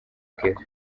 kevin